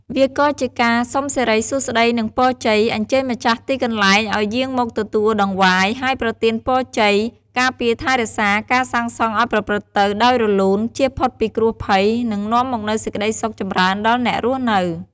វាក៏ជាកាសុំសិរីសួស្តី និងពរជ័យ អញ្ជើញម្ចាស់ទីកន្លែងឲ្យយាងមកទទួលតង្វាយ ហើយប្រទានពរជ័យ ការពារថែរក្សា ការសាងសង់ឲ្យប្រព្រឹត្តទៅដោយរលូន ជៀសផុតពីគ្រោះភ័យ និងនាំមកនូវសេចក្តីសុខចម្រើនដល់អ្នករស់នៅ។